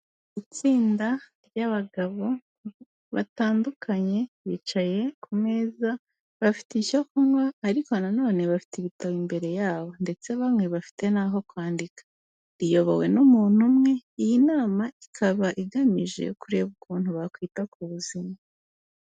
Itsinda ry'abagabo batandukanye bicaye ku meza, bafite icyo kunywa ariko nanone bafite ibitabo imbere yabo ndetse bamwe bafite n'aho kwandika. Riyobowe n'umuntu umwe, iyi nama ikaba igamije kureba ukuntu bakwita ku buzima.